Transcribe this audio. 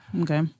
Okay